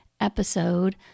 episode